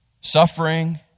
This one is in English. suffering